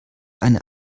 eine